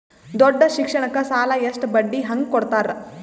ದೊಡ್ಡ ಶಿಕ್ಷಣಕ್ಕ ಸಾಲ ಎಷ್ಟ ಬಡ್ಡಿ ಹಂಗ ಕೊಡ್ತಾರ?